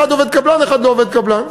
ואחד עובד קבלן ואחד לא עובד קבלן.